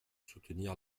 soutenir